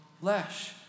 flesh